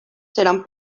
seran